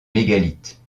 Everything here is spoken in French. mégalithes